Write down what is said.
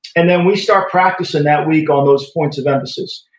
and then we start practicing that week on those points of emphasis,